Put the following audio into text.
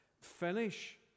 finish